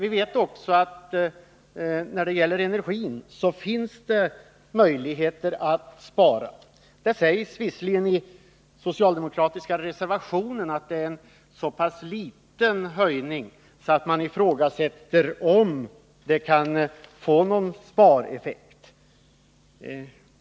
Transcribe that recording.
Vi vet också att när det gäller energin finns det möjligheter att spara. Det sägs visserligen i den socialdemokratiska reservationen att det är en så pass liten höjning att man ifrågasätter om den kan få någon spareffekt.